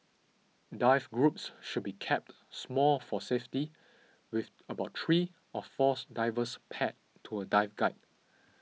dive groups should be kept small for safety with about three or fours divers paired to a dive guide